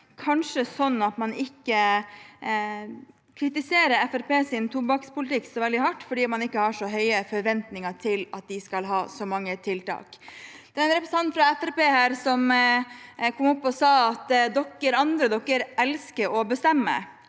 kanskje slik at man ikke kritiserer Fremskrittspartiets tobakkspolitikk så veldig hardt fordi man ikke har så høye forventninger til at de skal ha så mange tiltak. Det var en representant fra Fremskrittspartiet her som kom opp og sa at dere andre «elsker å bestemme».